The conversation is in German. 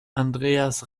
andreas